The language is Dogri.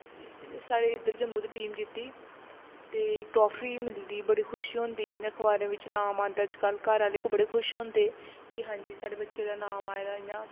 साढ़े इद्धर जम्मू दी टीम जित्ती ते ट्राफी मिलदी बड़ी खुशी होंदी इ'यां अखबारें बिच्च नाम आंदा अज्ज कल घर आह्ले बड़े खुश होंदे कि हां जी साढ़े बच्चे दा नाम आए दा इ'यां